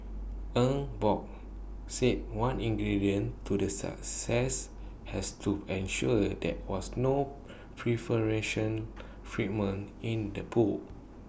Eng Bock said one ingredient to the success has to ensure there was no preferential treatment in the pool